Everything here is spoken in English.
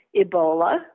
Ebola